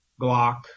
Glock